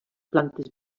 plantes